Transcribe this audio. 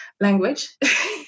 language